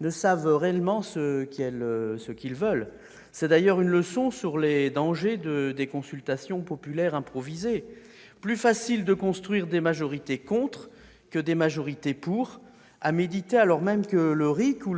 ne savent réellement ce qu'ils veulent. C'est d'ailleurs une leçon sur les dangers des consultations populaires improvisées : il est plus facile de construire des majorités contre que des majorités pour. C'est à méditer, alors même que le